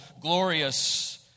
glorious